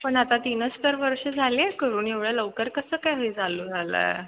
पण आता तीनच तर वर्ष झाले करून एवढ्या लवकर कसं काय होई चालू झालं